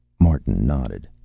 martin nodded.